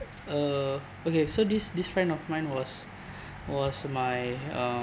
uh okay so this this friend of mine was was my uh